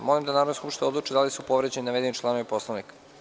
Molim da Narodna skupština odluči da li su povređeni navedeni članovi poslovnika.